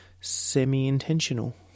semi-intentional